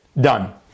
done